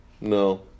No